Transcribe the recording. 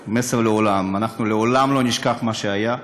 לעולם: אנחנו לעולם לא נשכח מה שהיה,